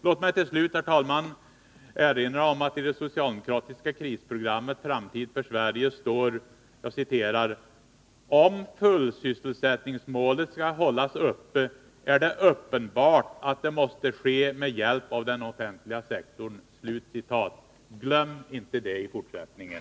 Låt mig till slut, herr talman, erinra om att i det socialdemokratiska krisprogrammet Framtid för Sverige står följande: ”Om full-sysselsättningsmålet skall hållas uppe, är det uppenbart att det måste ske med hjälp av den offentliga sektorn.” Glöm inte detta i fortsättningen.